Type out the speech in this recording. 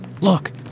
Look